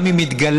גם אם התגלה,